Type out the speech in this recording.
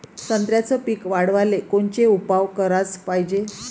संत्र्याचं पीक वाढवाले कोनचे उपाव कराच पायजे?